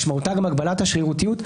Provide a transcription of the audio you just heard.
משמעותה גם הגבלת השרירותיות?